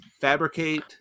Fabricate